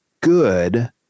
good